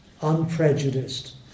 unprejudiced